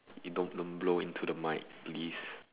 you don't don't blow into the mic please